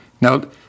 Now